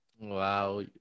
Wow